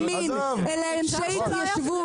אלה הם אנשי ההתיישבות.